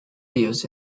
views